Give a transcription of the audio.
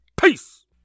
Peace